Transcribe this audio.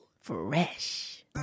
Fresh